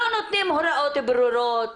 לא נותנים הוראות ברורות.